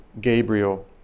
Gabriel